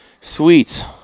Sweet